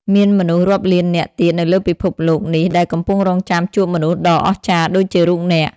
មានមនុស្សរាប់លាននាក់ទៀតនៅលើពិភពលោកនេះដែលកំពុងរង់ចាំជួបមនុស្សដ៏អស្ចារ្យដូចជារូបអ្នក។